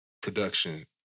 production